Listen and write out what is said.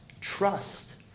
trust